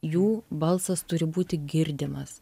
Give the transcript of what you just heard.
jų balsas turi būti girdimas